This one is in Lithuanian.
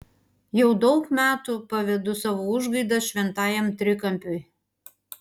jau daug metų pavedu savo užgaidas šventajam trikampiui